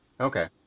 Okay